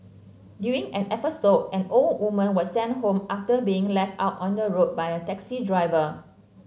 during an episode an old woman was sent home after being left out on the road by a taxi driver